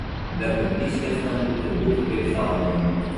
be kondiškės tam bute būtų kaip saunoj